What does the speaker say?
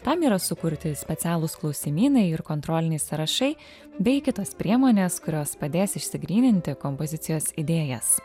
tam yra sukurti specialūs klausimynai ir kontroliniai sąrašai bei kitos priemonės kurios padės išsigryninti kompozicijos idėjas